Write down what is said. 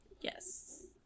Yes